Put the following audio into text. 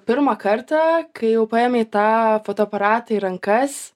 pirmą kartą kai jau paėmei tą fotoaparatą į rankas